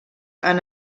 han